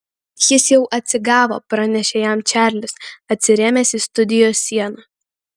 jis jau atsigavo pranešė jam čarlis atsirėmęs į studijos sieną